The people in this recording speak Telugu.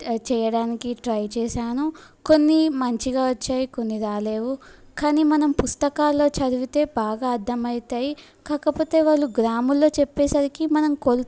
చేయడానికి ట్రై చేశాను కొన్ని మంచిగా వచ్చాయి కొన్ని రాలేదు కానీ మనం పుస్తకాలలో చదివితే బాగా అర్థం అవుతాయి కాకపోతే వాళ్ళు గ్రాములలో చెప్పేసరికి మనం కొల్